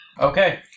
Okay